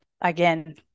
again